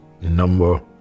number